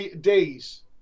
days